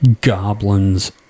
goblins